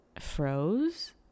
froze